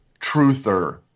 truther